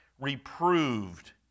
reproved